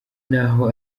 n’aho